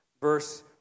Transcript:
verse